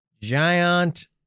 giant